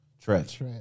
Trench